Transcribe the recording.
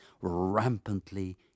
rampantly